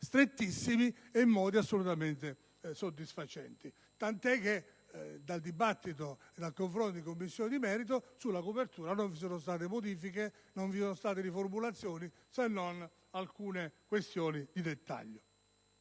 strettissimi e modi assolutamente soddisfacenti. Ciò è tanto vero che dal dibattito e dal confronto nella Commissione di merito sulla copertura non vi sono state modifiche né riformulazioni, se non su alcune questioni di dettaglio.